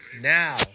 Now